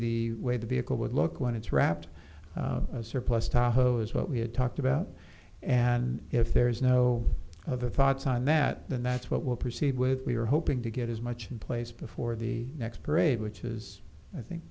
the way the vehicle would look when it's wrapped surplus to hose what we had talked about and if there's no other thoughts on that then that's what we'll proceed with we're hoping to get as much in place before the next parade which is i think